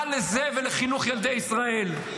מה לזה ולחינוך ילדי ישראל?